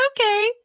okay